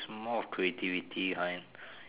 it's more of creativity kind